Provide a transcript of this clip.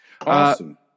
Awesome